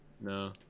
no